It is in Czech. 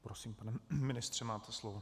Prosím, pane ministře, máte slovo.